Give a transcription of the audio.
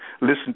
Listen